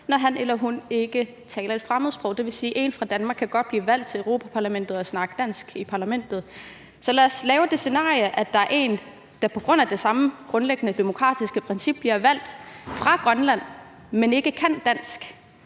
om han eller hun ikke taler et fremmedsprog. Det vil sige, at det også er muligt, at en fra Danmark godt kan blive valgt til Europa-Parlamentet og snakke dansk i Parlamentet. Så lad os lave det scenarie, at der er en, der på grund af det samme grundlæggende demokratiske princip bliver valgt fra Grønland, men ikke kan dansk,